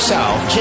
South